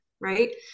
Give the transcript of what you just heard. right